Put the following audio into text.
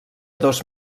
dos